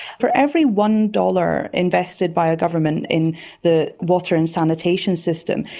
for every one dollars invested by a government in the water and sanitation system,